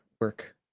work